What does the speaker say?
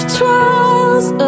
trials